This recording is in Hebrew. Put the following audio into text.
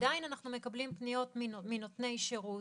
עדיין אנחנו מקבלים פניות מנותני שירות.